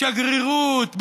שגרירות,